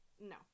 No